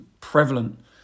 prevalent